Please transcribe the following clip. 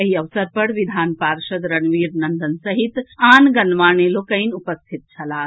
एहि अवसर पर विधान पार्षद रणबीर नंदन सहित आन गणमान्य लोकनि उपस्थित छलाह